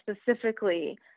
specifically